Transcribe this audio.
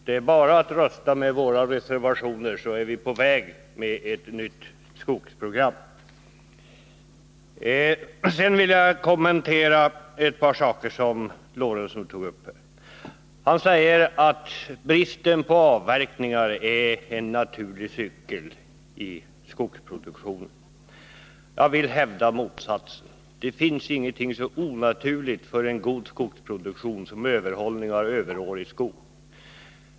Det är bara att rösta med våra reservationer, så är ett nytt skogsprogram på väg. Sedan vill jag kommentera ett par saker som Sven Eric Lorentzon tog upp här. Han säger att bristen på avverkningar är en naturlig cykel i skogsproduktionen. Jag vill hävda motsatsen. Det finns ingenting så onaturligt för en god skogsproduktion som överhållningen av överårig skog.